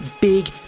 big